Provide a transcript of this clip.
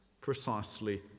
precisely